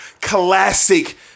Classic